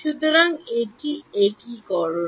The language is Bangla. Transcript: সুতরাং কি একীকরণ